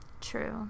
True